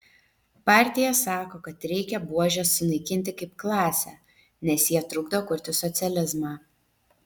partija sako kad reikia buožes sunaikinti kaip klasę nes jie trukdo kurti socializmą